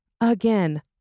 Again